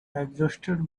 exhausted